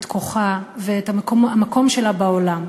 את כוחה ואת המקום שלה בעולם,